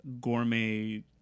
gourmet